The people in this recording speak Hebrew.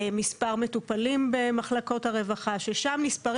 מספר מטופלים במחלקות הרווחה ששם נספרים